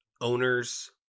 owners